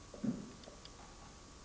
detta.